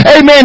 Amen